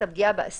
את הפגיעה באסיר,